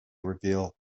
reveal